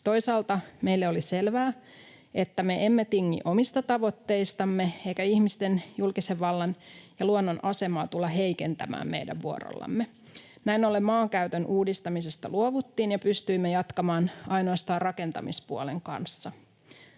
Toisaalta meille oli selvää, että me emme tingi omista tavoitteistamme eikä ihmisten, julkisen vallan ja luonnon asemaa tulla heikentämään meidän vuorollamme. Näin ollen maankäytön uudistamisesta luovuttiin ja pystyimme jatkamaan ainoastaan rakentamispuolen kanssa.